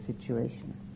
situation